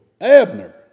Abner